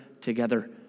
together